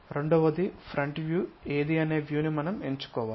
రెండవది front view ఏది అనే వ్యూ ను మనం ఎంచుకోవాలి